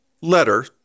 letter